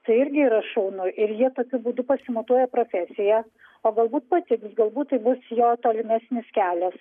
tai irgi yra šaunu ir jie tokiu būdu pasimatuoja profesiją o galbūt patiks galbūt tai bus jo tolimesnis kelias